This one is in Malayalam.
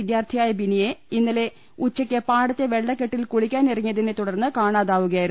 വിദ്യാർത്ഥിയായ ബിനിയെ ഇന്നലെ ഉച്ചയ്ക്ക് പാടത്തെ വെള്ളക്കെട്ടിൽ കുളിക്കാനിറങ്ങിയതിനെതുടർന്ന് കാണാതാവുകയായിരുന്നു